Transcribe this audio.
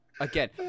Again